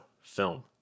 film